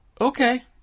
okay